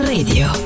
Radio